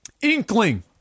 inkling